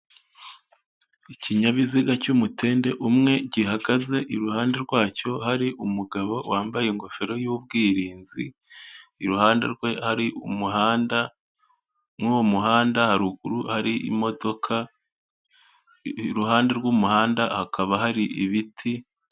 Ikinyabiziga cy'umutende umwe, gihagaze, iruhande rwacyo hari umugabo wambaye ingofero y'ubwirinzi, iruhande rwe hari umuhanda muri uwo muhanda haruguru hari imodoka, iruhande rw'umuhanda hakaba hari ibiti.